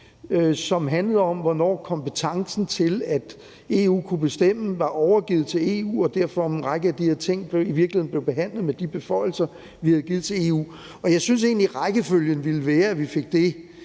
som handlede om, hvornår kompetencen til, at EU kunne bestemme, var overgivet til EU, og derfor blev en række af de her ting i virkeligheden behandlet med de beføjelser, vi havde givet til EU. Jeg synes egentlig, at rækkefølgen ville være, at vi fik det